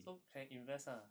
so can invest lah